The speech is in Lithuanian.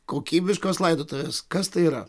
kokybiškos laidotuvės kas tai yra